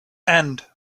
and